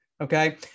okay